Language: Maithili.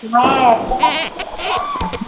नहि